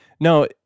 No